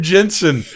Jensen